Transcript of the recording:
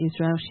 Israel